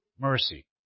mercy